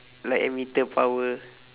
like emitter power